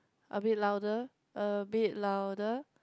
a bit louder a bit louder